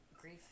grief